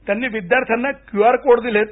त्यांनी विद्यार्थ्यांना QR code दिलेत